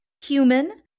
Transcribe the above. human